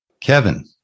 Kevin